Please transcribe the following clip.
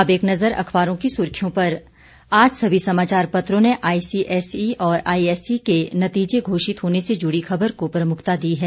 अब एक नजर अखबारों की सुर्खियों पर आज सभी समाचार पत्रों ने आईसीएसई और आईएसई के नतीजे़ घोषित होने से जुड़ी खबर को प्रमुखता दी है